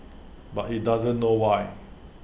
but he doesn't know why